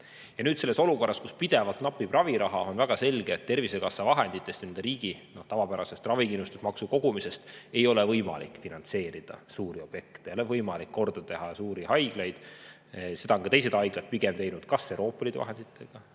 Ja nüüd olukorras, kus pidevalt napib raviraha, on väga selge, et Tervisekassa vahenditest ja riigi tavapäraselt ravikindlustusmaksu kaudu kogutud [rahast] ei ole võimalik finantseerida suuri objekte ja ei ole võimalik korda teha suuri haiglaid. Seda on ka teised haiglad teinud kas Euroopa Liidu vahenditega,